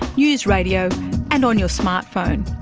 news radio and on your smart phone,